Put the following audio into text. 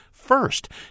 First